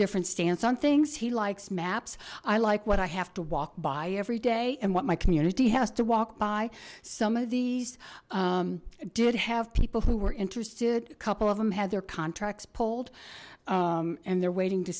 different stance on things he likes maps i like what i have to walk by every day and what my community has to walk by some of these did have people who were interested a couple of them had their contracts pulled and they're waiting to